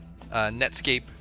Netscape